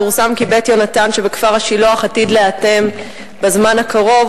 פורסם כי "בית יהונתן" שבכפר-השילוח עתיד להיאטם בזמן הקרוב.